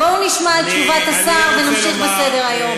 בואו נשמע את תשובת השר ונמשיך בסדר-היום.